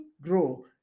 grow